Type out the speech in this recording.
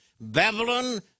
Babylon